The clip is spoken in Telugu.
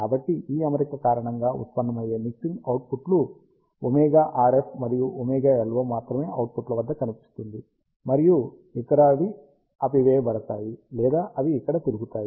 కాబట్టి ఈ అమరిక కారణంగా ఉత్పన్నమయ్యే మిక్సింగ్ అవుట్ పుట్ లు ωRF మరియు ωLO మాత్రమే అవుట్పుట్ ల వద్ద కనిపిస్తుంది మరియు ఇతరవి ఆపివేయబడతాయి లేదా అవి ఇక్కడ తిరుగుతాయి